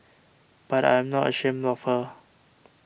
but I am not ashamed of her